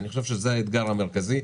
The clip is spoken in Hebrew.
אני חושב שזה האתגר המרכזי.